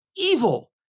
evil